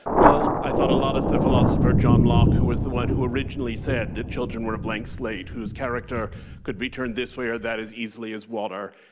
i thought a lot of the philosopher john locke, who was the one who originally said that children were a blank slate whose character could be turned this way or that as easily as water,